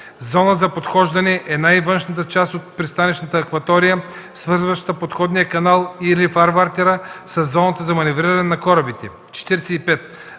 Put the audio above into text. „Зона за подхождане” е най-външната част от пристанищната акватория, свързваща подходния канал или фарватера със зоната за маневриране на корабите. 45.